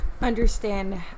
understand